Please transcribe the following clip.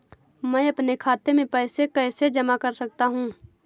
मैं अपने खाते में पैसे कैसे जमा कर सकता हूँ?